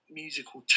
musical